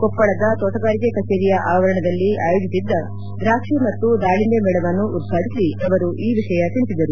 ಕೊಪ್ಪಳದ ತೋಟಗಾರಿಕೆ ಕಚೇರಿಯ ಆವರಣದಲ್ಲಿ ಆಯೋಜಿದ್ದ ದ್ರಾಕ್ಷಿ ಮತ್ತು ದಾಳಿಂಬೆ ಮೇಳವನ್ನು ಉದ್ಘಾಟಿಸಿ ಅವರು ಈ ವಿಷಯ ತಿಳಿಸಿದರು